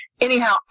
anyhow